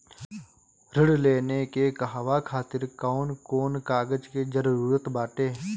ऋण लेने के कहवा खातिर कौन कोन कागज के जररूत बाटे?